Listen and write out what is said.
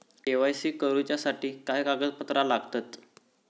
KYC करूच्यासाठी काय कागदपत्रा लागतत?